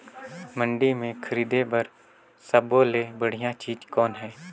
मंडी म खरीदे बर सब्बो ले बढ़िया चीज़ कौन हे?